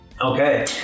Okay